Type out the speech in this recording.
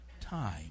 time